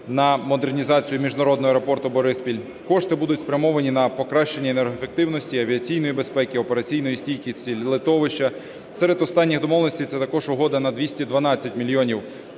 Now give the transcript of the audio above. на модернізацію міжнародного аеропорту "Бориспіль ". Кошти будуть спрямовані на покращення енергоефективності, авіаційної безпеки, операційної стійкості летовища. Серед останніх домовленостей - це також угода на 212 мільйонів